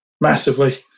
massively